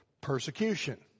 persecution